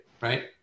Right